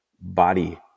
body